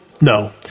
No